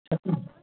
చెప్పండి